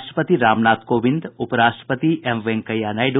राष्ट्रपति रामनाथ कोविंद उपराष्ट्रपति एम वेंकैया नायड्